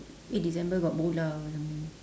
eight december got bola or something